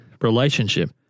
relationship